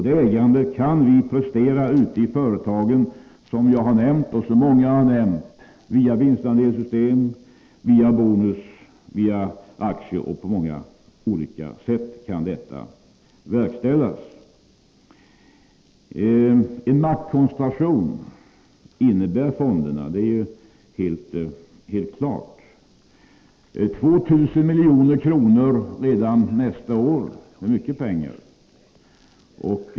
Det ägandet kan vi, som jag och många andra har nämnt, prestera ute i företagen via vinstandelssystem, via bonus, via aktier och på många andra sätt. En maktkoncentration innebär fonderna — det är helt klart. 2 000 milj.kr. redan nästa år — det är mycket pengar.